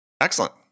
Excellent